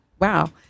wow